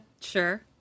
Sure